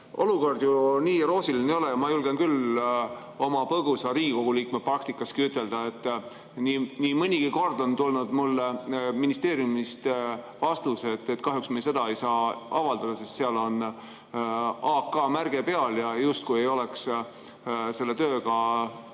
olukord nii roosiline ei ole. Ma julgen küll oma põgusast Riigikogu liikme praktikastki ütelda, et nii mõnigi kord on tulnud mulle ministeeriumist vastus, et kahjuks me seda ei saa avaldada, sest seal on AK‑märge peal, justkui see ei oleks Riigikogu tööga